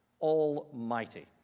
Almighty